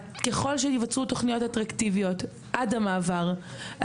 ככל שייווצרו תוכניות אטרקטיביות עד המעבר,